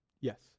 Yes